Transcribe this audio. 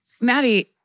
Maddie